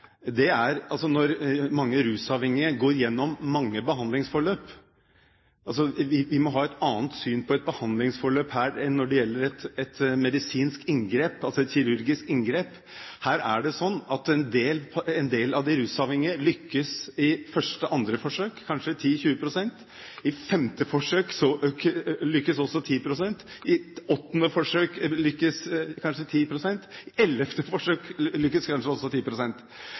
Mange rusavhengige går gjennom mange behandlingsforløp. Vi må ha et annet syn på et behandlingsforløp her enn når det gjelder et medisinsk inngrep, et kirurgisk inngrep. Her er det sånn at en del av de rusavhengige lykkes i første eller andre forsøk – kanskje 10–20 pst. I femte forsøk lykkes også 10 pst., i åttende forsøk lykkes kanskje 10 pst., og i ellevte forsøk lykkes kanskje også